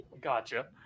Gotcha